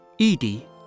Edie